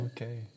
Okay